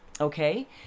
Okay